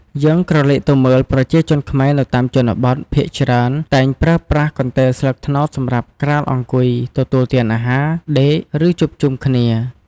យើងក្រឡេកទៅមើល ប្រជាជនខ្មែរនៅតាមជនបទ ភាគច្រើនតែងប្រើប្រាស់កន្ទេលស្លឹកត្នោតសម្រាប់ក្រាលអង្គុយ ទទួលទានអាហារ ដេក ឬជួបជុំគ្នា។